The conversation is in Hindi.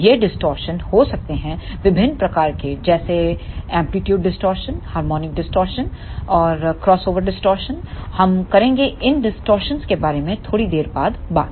ये डिस्टॉर्शन हो सकते हैं विभिन्न प्रकार के जैसे एंप्लीट्यूड डिस्टॉर्शन हार्मोनिक डिस्टॉर्शन और क्रॉसओवर डिस्टॉर्शन हम करेंगे इन डिस्टॉर्शनस के बारे में थोड़ी देर बाद बात